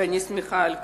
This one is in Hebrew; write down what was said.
ואני שמחה על כך.